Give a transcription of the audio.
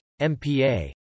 MPA